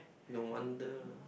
no wonder